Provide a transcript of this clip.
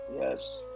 Yes